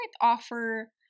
offer